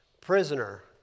prisoner